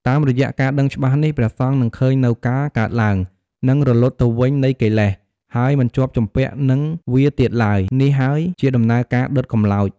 តាមរយៈការដឹងច្បាស់នេះ ព្រះសង្ឃនឹងឃើញនូវការកើតឡើង និងរលត់ទៅវិញនៃកិលេស ហើយមិនជាប់ជំពាក់នឹងវាទៀតឡើយ នេះហើយជាដំណើរការ ដុតកម្លោច ។